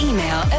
Email